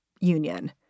union